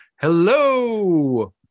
Hello